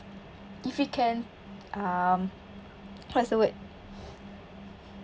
if he can um what's the word